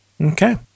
okay